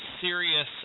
serious